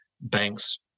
banks